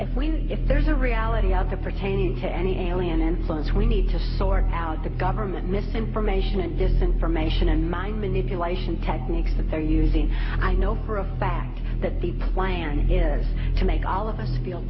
if we if there's a reality of the pertaining to any alien and sons we need to sort out the government misinformation and disinformation and mind manipulation techniques they're using i know for a fact that the plan is to make all of us feel